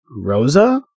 Rosa